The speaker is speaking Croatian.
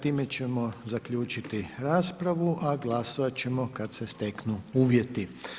Time ćemo zaključiti raspravu, a glasovati ćemo kada se steknu uvjeti.